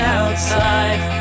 outside